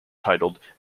titled